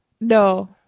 No